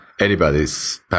Anybody's